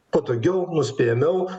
patogiau nuspėjamiau